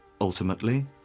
Ultimately